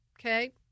Okay